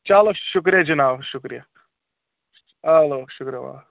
چلو شُکریا جِناب شُکریا چلو شُکریا